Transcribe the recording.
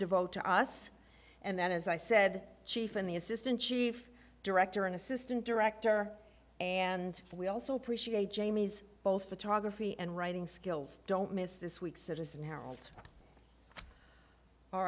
devote to us and that as i said chief in the assistant chief director and assistant director and we also appreciate jamie's both photography and writing skills don't miss this week's citizen herald all